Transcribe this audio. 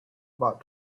about